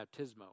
baptismo